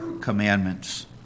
commandments